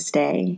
Stay